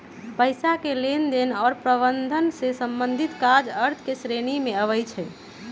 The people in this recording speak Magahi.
पइसा के लेनदेन आऽ प्रबंधन से संबंधित काज अर्थ के श्रेणी में आबइ छै